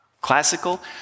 classical